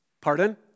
Pardon